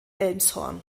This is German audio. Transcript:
elmshorn